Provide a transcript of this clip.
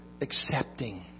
accepting